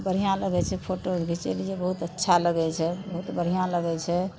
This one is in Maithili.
बढ़िआँ लगै छै फोटो घिचेलिए बहुत अच्छा लगै छै बहुत बढ़िआँ लगै छै